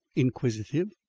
inquisitive,